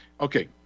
okay